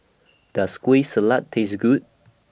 Does Kueh Salat Taste Good